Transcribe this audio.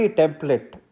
template